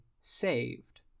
saved